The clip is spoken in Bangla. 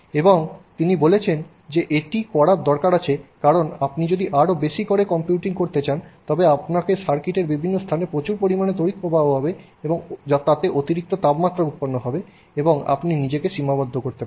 এবং তিনি বলেছেন যে এটি করার দরকার আছে কারণ আপনি যদি আরও বেশি করে কম্পিউটিং করতে চান তবে আপনাকে সার্কিটের বিভিন্ন স্থানে প্রচুর পরিমাণে তড়িৎ প্রবাহ হবে এবং তাতে অতিরিক্ত তাপমাত্রা উৎপন্ন হবে এবং আপনি নিজেকে সীমাবদ্ধ করতে পারেন